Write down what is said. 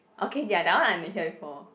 okay K that one I n~ hear before